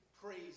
praise